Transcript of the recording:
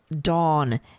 Dawn